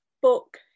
book